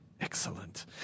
Excellent